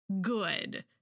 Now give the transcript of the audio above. good